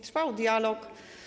Trwał dialog.